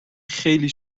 خیلی